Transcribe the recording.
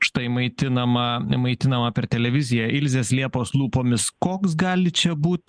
štai maitinama maitinama per televiziją ilzės liepos lūpomis koks gali čia būt